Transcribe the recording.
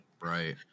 Right